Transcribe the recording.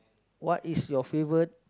what is your favourite